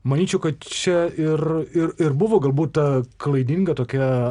manyčiau kad čia ir ir ir buvo galbūt ta klaidinga tokia